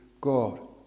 God